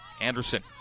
Anderson